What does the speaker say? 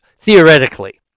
Theoretically